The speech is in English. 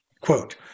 Quote